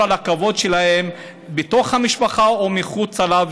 על הכבוד שלהם בתוך המשפחה ומחוצה לה.